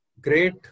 great